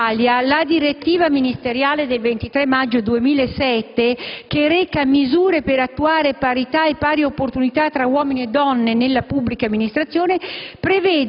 In Italia la direttiva ministeriale del 23 maggio 2007, che reca «Misure per attuare parità e pari opportunità tra uomini e donne nelle pubbliche amministrazioni»,